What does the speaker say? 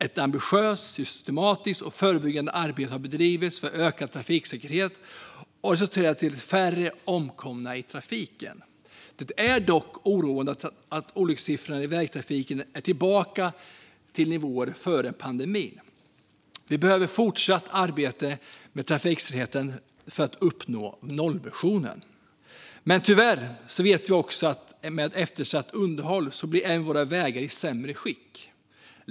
Ett ambitiöst, systematiskt och förebyggande arbete har bedrivits för ökad trafiksäkerhet, och det har resulterat i färre omkomna i trafiken. Det är dock oroande att olyckssiffrorna i vägtrafiken är tillbaka på nivåerna före pandemin. Vi behöver fortsätta arbeta med trafiksäkerheten för att uppnå nollvisionen. Tyvärr vet vi att med eftersatt underhåll blir även våra vägar i sämre skick.